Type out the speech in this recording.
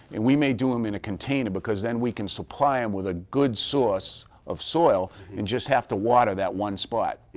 and we may do them in a container because then we can supply them with a good source of soil and just have to water that one spot.